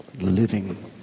living